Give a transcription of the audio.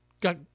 got